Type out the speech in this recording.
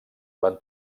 van